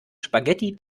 spaghetti